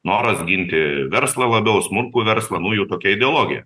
noras ginti verslą labiau smulkų verslą nu jų tokia ideologija